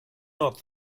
not